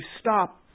stop